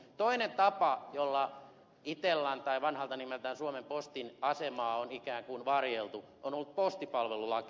toinen tapa jolla itellan tai vanhalta nimeltään suomen postin asemaa on ikään kuin varjeltu on ollut postipalvelulaki